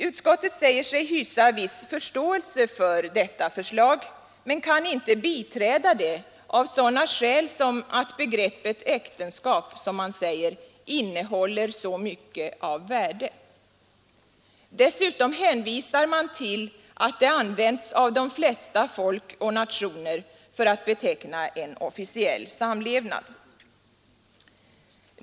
Utskottet säger sig hysa viss förståelse för detta förslag men kan inte biträda det av sådana skäl som att begreppet äktenskap, som man säger, innehåller så mycket av värde. Dessutom hänvisar man till att det används av de flesta folk och nationer för att beteckna en officiell samlevnad.